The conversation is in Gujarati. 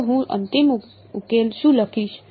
તો હું અંતિમ ઉકેલ શું લખીશ